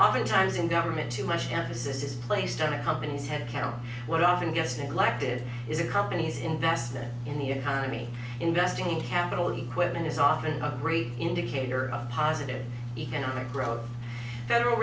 often times in government too much emphasis is placed on a company's head count what often gets neglected is a company's investment in the economy investing in capital equipment is often a great indicator of positive economic growth federal